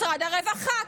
משרד הרווחה,